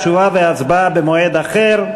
תשובה והצבעה במועד אחר.